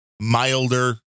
Milder